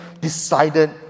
decided